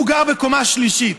הוא גר בקומה שלישית.